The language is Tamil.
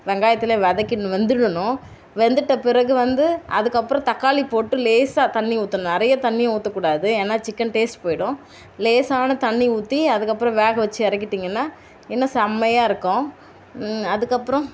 வெங்காயத்துலையே வதக்கிடணும் வெந்துடணும் வெந்துட்ட பிறகு வந்து அதுக்கு அப்புறம் தக்காளி போட்டு லேசாக தண்ணி ஊற்றணும் நிறைய தண்ணி ஊத்தக்கூடாது ஏன்னா சிக்கன் டேஸ்ட்டு போயிடும் லேசான தண்ணி ஊற்றி அதுக்கு அப்புறம் வேக வச்சி இறக்கிட்டிங்கன்னா இன்னும் செம்மையாக இருக்கும் அதுக்கு அப்புறம்